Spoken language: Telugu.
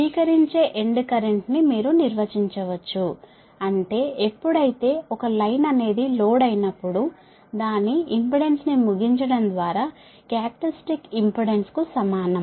స్వీకరించే ఎండ్ కరెంట్ ని మీరు నిర్వచించవచ్చు అంటే ఎప్పుడైతే ఒక లైన్ అనేది లోడ్ అయినప్పుడు దాని ఇంపెడెన్స్ ని ముగించడం ద్వారా క్యారక్టర్య్స్టిక్ ఇంపెడెన్స్ కు సమానం